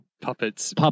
Puppets